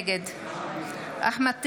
נגד אחמד טיבי,